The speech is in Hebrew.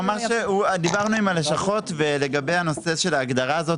דיברנו עם הלשכות ולגבי הנושא של ההגדרה הזאת,